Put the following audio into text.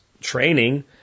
training